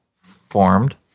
formed